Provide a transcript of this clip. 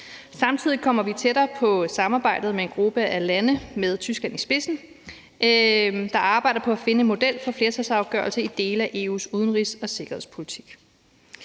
Samtidig kommer vi tættere på samarbejdet med en gruppe af lande, med Tyskland i spidsen, der arbejder på at finde en model for flertalsafgørelser i dele af EU's udenrigs- og sikkerhedspolitik.